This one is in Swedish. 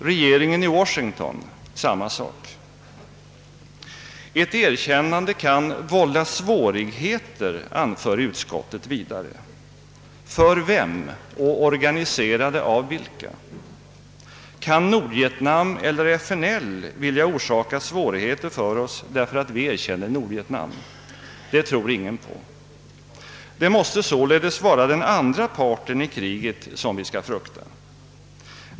Regeringen i Washington? Samma sak. Ett erkännande kan »vålla svårigheter», anför utskottet vidare. För vem och organiserade av vilka? Kan Nordvietnam eller FNL vilja orsaka svårigheter för oss, därför att vi erkänner Nordvietnam? Det tror ingen på. Det måste således vara den andra parten i kriget som vi skall frukta.